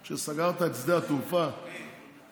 בזה שסגרת את שדה התעופה לכמה ימים?